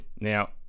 now